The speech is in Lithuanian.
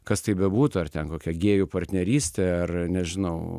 kas tai bebūtų ar ten kokia gėjų partnerystė ar nežinau